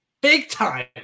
Big-time